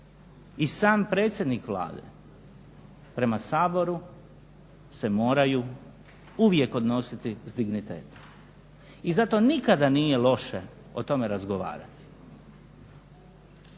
i sam predsjednik Vlade prema Saboru se moraju uvijek odnositi s dignitetom i zato nikada nije loše o tome razgovarati.